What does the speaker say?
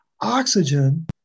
oxygen